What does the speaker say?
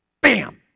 bam